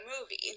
movie